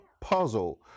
puzzle